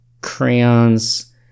crayons